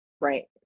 Right